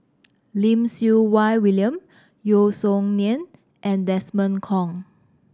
Lim Siew Wai William Yeo Song Nian and Desmond Kon